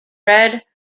red